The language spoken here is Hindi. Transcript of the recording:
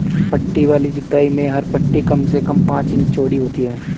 पट्टी वाली जुताई में हर पट्टी कम से कम पांच इंच चौड़ी होती है